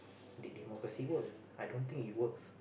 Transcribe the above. did democracy work I don't think it works